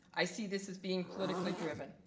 i see this as being politically driven.